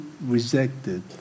rejected